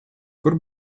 kur